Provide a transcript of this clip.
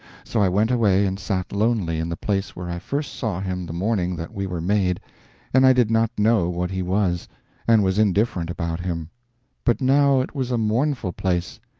so i went away and sat lonely in the place where i first saw him the morning that we were made and i did not know what he was and was indifferent about him but now it was a mournful place,